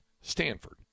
Stanford